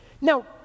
Now